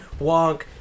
Wonk